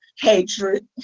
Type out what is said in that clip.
hatred